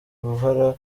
uruhara